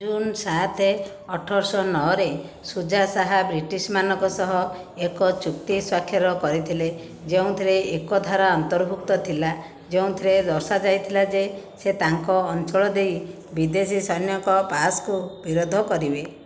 June ସାତେ ଅଠରଶହ ନଅରେ ଶୁଜା ଶାହା ବ୍ରିଟିଶମାନଙ୍କ ସହ ଏକ ଚୁକ୍ତି ସ୍ୱାକ୍ଷର କରିଥିଲେ ଯେଉଁଥିରେ ଏକ ଧାରା ଅନ୍ତର୍ଭୁକ୍ତ ଥିଲା ଯେଉଁଥିରେ ଦର୍ଶାଯାଇଥିଲା ଯେ ସେ ତାଙ୍କ ଅଞ୍ଚଳ ଦେଇ ବିଦେଶୀ ସୈନ୍ୟଙ୍କ ପାସ୍ କୁ ବିରୋଧ କରିବେ